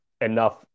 enough